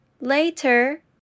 later